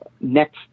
next